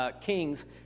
kings